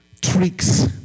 tricks